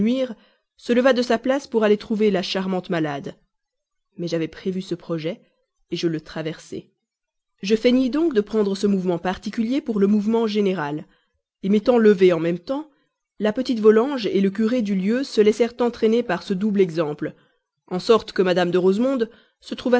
se leva de sa place pour aller trouver la charmante malade mais j'avais prévu ce projet je le traversai je feignis donc de prendre ce mouvement particulier pour le mouvement général m'étant levé en même temps la petite volanges le curé du lieu se laissèrent entraîner par ce double exemple en sorte que madame de rosemonde se trouva